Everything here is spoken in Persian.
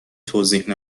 توضیح